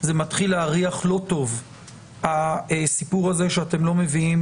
זה מתחיל להריח לא טוב הסיפור הזה שאתם לא מביאים